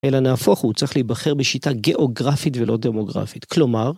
אלא נהפוך הוא צריך להיבחר בשיטה גיאוגרפית ולא דמוגרפית, כלומר...